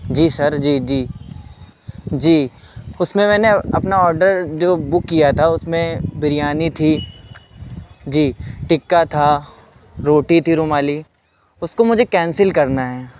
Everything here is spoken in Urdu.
جی سر جی جی جی اس میں میں نے اپنا آڈر جو بک کیا تھا اس میں بریانی تھی جی ٹکہ تھا روٹی تھی رومالی اس کو مجھے کینسل کرنا ہے